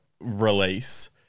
release